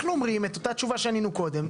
אנחנו ואמרים את אותה תשובה שענינו קודם,